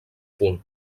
punt